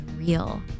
real